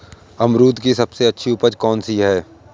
अमरूद की सबसे अच्छी उपज कौन सी है?